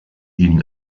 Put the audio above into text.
ihn